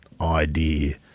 idea